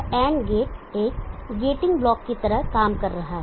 तो यह and gate एक गेटिंग ब्लॉक की तरह काम कर रहा है